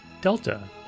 Delta